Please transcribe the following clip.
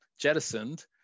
jettisoned